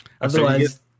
Otherwise